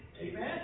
amen